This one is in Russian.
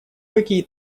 какие